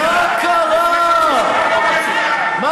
ממילא הולכים לבחירות.